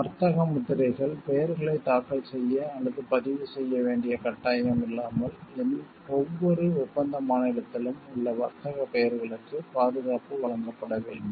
வர்த்தக பெயர்கள் பெயர்களை தாக்கல் செய்ய அல்லது பதிவு செய்ய வேண்டிய கட்டாயம் இல்லாமல் ஒவ்வொரு ஒப்பந்த மாநிலத்திலும் உள்ள வர்த்தகப் பெயர்களுக்குப் பாதுகாப்பு வழங்கப்பட வேண்டும்